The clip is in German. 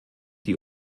die